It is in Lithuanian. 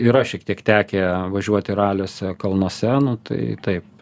yra šiek tiek tekę važiuoti raliuose kalnuose nu tai taip